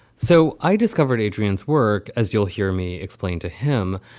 so i discovered adrian's work. as you'll hear me explain to him,